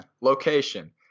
location